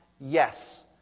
yes